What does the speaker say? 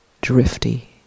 drifty